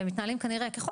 והם מתנהלים כנראה,